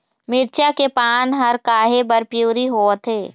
मिरचा के पान हर काहे बर पिवरी होवथे?